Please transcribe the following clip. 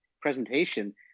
presentation